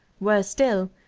worse still,